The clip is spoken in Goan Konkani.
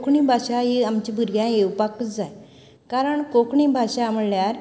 कोंकणी भाशा ही आमच्या भुरग्यांक येवपाकच जाय कारण कोंकणी भाशा म्हळ्यार